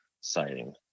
sighting